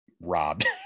robbed